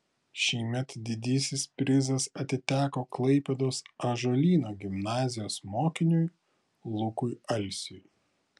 šiemet didysis prizas atiteko klaipėdos ąžuolyno gimnazijos mokiniui lukui alsiui